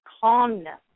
calmness